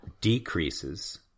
decreases